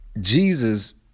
Jesus